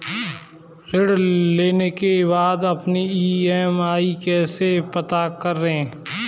ऋण लेने के बाद अपनी ई.एम.आई कैसे पता करें?